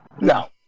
No